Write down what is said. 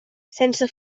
sense